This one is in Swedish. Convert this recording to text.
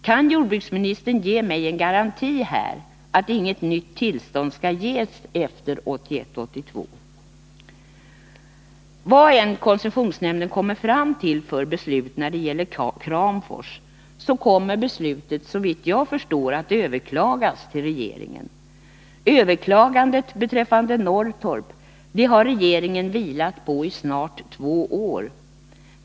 Kan jordbruksministern ge mig en garanti här att inget nytt tillstånd skall ges efter 1981/82? Vad än koncessionsnämnden kommer fram till för beslut när det gäller Kramfors, kommer beslutet — såvitt jag förstår — att överklagas till regeringen. Överklagandet beträffande Norrtorp har regeringen vilat på i snart två år.